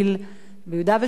ביהודה ושומרון,